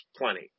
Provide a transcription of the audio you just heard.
plenty